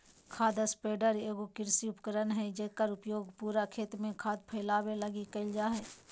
खाद स्प्रेडर एगो कृषि उपकरण हइ जेकर उपयोग पूरा खेत में खाद फैलावे लगी कईल जा हइ